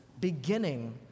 beginning